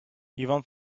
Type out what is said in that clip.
even